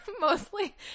Mostly